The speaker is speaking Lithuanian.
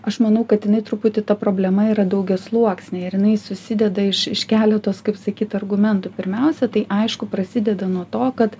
aš manau kad jinai truputį ta problema yra daugiasluoksnė ir jinai susideda iš iš keletos kaip sakyt argumentų pirmiausia tai aišku prasideda nuo to kad